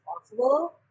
possible